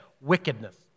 wickedness